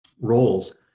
roles